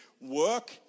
work